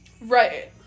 Right